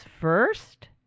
first